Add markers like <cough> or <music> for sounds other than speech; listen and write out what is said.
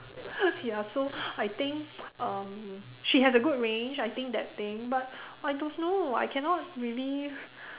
ya so I think <laughs> um she has a good range I think that thing but I don't know I cannot really